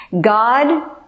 God